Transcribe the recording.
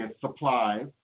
supplies